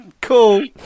Cool